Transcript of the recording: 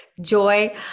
Joy